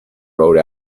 rode